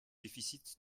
déficit